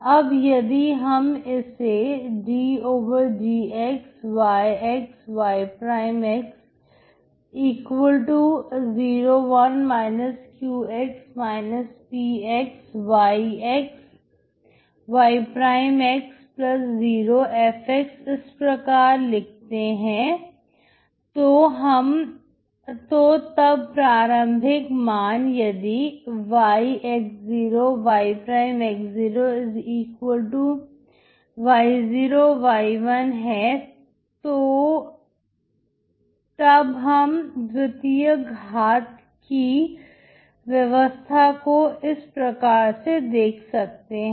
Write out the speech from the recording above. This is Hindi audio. अब यदि हम इसे ddxyx y 0 1 q p yx y 0 f इस प्रकार लिखते हैं तो तब प्रारंभिक मान यदि yx0 y y0 y1 है तो तब हम द्वितीय घाट की व्यवस्था को इस प्रकार से देख सकते हैं